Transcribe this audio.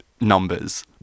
numbers